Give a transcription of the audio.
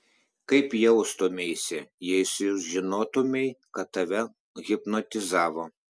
kaip jaustumeisi jei sužinotumei kad tave hipnotizavo